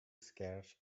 scared